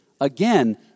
again